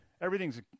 everything's